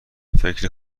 فکر